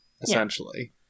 Essentially